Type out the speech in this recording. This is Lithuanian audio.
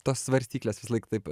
tos svarstyklės visąlaik taip